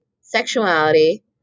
sexuality